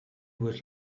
was